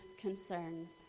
concerns